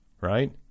right